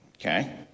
Okay